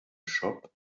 shop